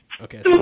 Okay